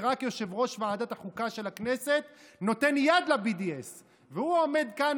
ורק יושב-ראש ועדת החוקה של הכנסת נותן יד ל BDS. והוא עומד כאן,